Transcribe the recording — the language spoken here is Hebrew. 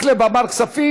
מקלב אמר כספים.